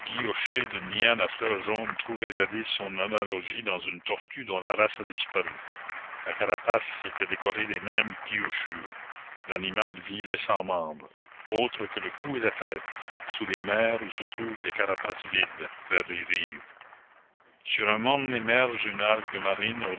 d'une liane à fleurs jaunes trouvait jadis son analogie dans une tortue dont la race a disparu la carapace était décorée des mêmes guillochures l'animal vivait sans membres autres que le cou et la tête sous les mers où se trouvent les carapaces vides vers les rives sur un morne émerge une algue marine